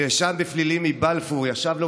הנאשם בפלילים מבלפור ישב לו